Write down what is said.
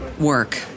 work